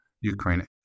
Ukraine